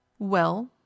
Well